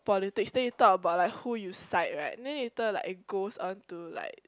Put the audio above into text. politics then you talk about who you side right then later it goes on like